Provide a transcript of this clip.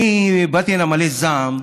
באתי הנה מלא זעם,